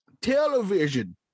Television